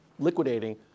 liquidating